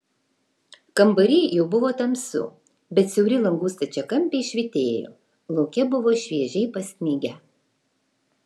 kambary jau buvo tamsu bet siauri langų stačiakampiai švytėjo lauke buvo šviežiai pasnigę